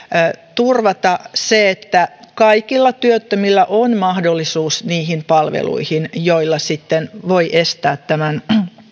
turvata se että kaikilla työttömillä on mahdollisuus niihin palveluihin joilla sitten voi estää tämän